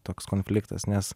toks konfliktas nes